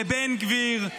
לבן גביר,